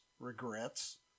regrets